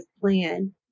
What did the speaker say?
plan